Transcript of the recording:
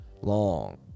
Long